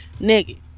Nigga